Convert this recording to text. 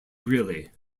really